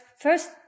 first